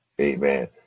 amen